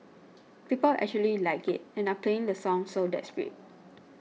people actually like it and are playing the song so that's great